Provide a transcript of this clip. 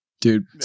Dude